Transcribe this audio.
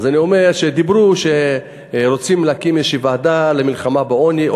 אז אני אומר שאמרו שרוצים להקים איזו ועדה למלחמה בעוני,